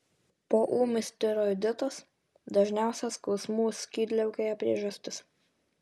poūmis tiroiditas dažniausia skausmų skydliaukėje priežastis